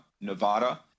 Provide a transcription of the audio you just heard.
Nevada